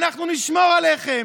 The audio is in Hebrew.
אנחנו נשמור עליכם,